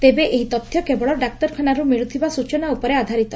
ତେବେ ଏହି ତଥ୍ୟ କେବଳ ଡାକ୍ତରଖାନାରୁ ମିଳୁଥିବା ସୂଚନା ଉପରେ ଆଧାରିତ